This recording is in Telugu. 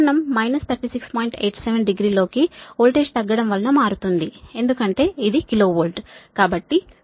87 డిగ్రీ లోకి వోల్టేజ్ తగ్గడం వలన మారుతుంది ఎందుకంటే ఇది కిలో వోల్ట్ కాబట్టి మీకు VS 87